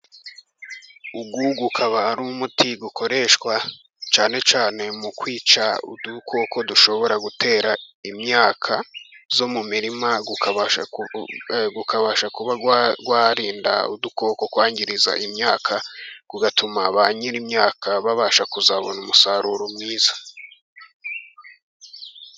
Uyu ukaba ari umuti ukoreshwa cyane cyane mu kwica udukoko, dushobora gutera imyaka yo mu mirima, ukabasha kuba warinda udukoko kwangiza imyaka, ugatuma ba nyir'imyaka babasha kuzabona umusaruro mwiza.